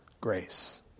grace